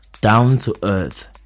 down-to-earth